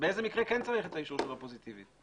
באיזה מקרה כן צריך את האישור הפוזיטיבי שלו?